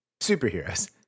superheroes